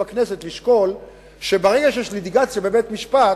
לשקול שברגע שיש ליטיגציה בבית-משפט